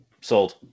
Sold